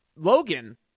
Logan